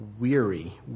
weary